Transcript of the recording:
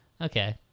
Okay